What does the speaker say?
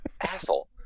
Asshole